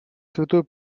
святой